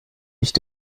nicht